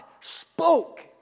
spoke